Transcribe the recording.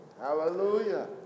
Hallelujah